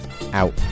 Out